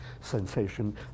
sensation